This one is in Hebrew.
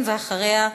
ואחריה,